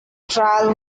trial